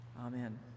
Amen